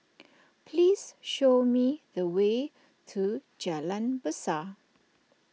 please show me the way to Jalan Besar